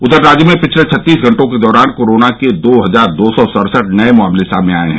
उधर राज्य में पिछले छत्तीस घंटों के दौरान कोरोना के दो हजार दो सौ सड़सठ नये मामले सामने आये हैं